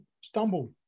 stumbled